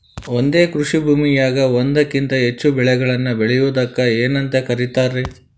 ಒಂದೇ ಕೃಷಿ ಭೂಮಿಯಾಗ ಒಂದಕ್ಕಿಂತ ಹೆಚ್ಚು ಬೆಳೆಗಳನ್ನ ಬೆಳೆಯುವುದಕ್ಕ ಏನಂತ ಕರಿತಾರಿ?